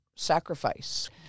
sacrifice